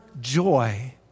joy